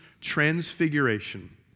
transfiguration